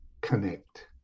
connect